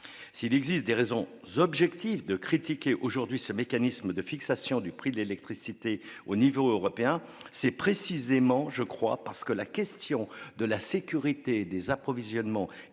S'il existe des raisons objectives de critiquer ce mécanisme de fixation du prix de l'électricité au niveau européen, c'est précisément parce que la question de la sécurité des approvisionnements énergétiques